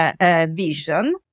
vision